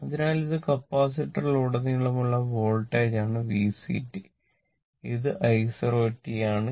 അതിനാൽ ഇത് കപ്പാസിറ്ററിലുടനീളമുള്ള വോൾട്ടേജാണ് VC ഇത് i0 ആണ്